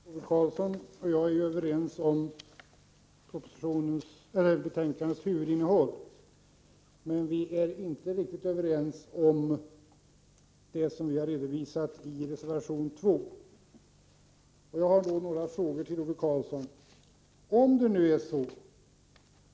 Herr talman! Ove Karlsson och jag är överens om betänkandets huvudinnehåll, men vi är inte riktigt överens om det som redovisas i reservation 2. Jag har några frågor att ställa till Ove Karlsson.